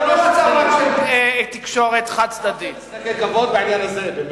אתה עושה משחקי כבוד בעניין הזה.